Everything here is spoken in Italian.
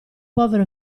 povero